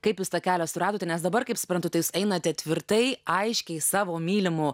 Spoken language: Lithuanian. kaip jūs tą kelią suradote nes dabar kaip suprantu tai jūs einate tvirtai aiškiai savo mylimu